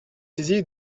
saisi